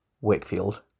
Wakefield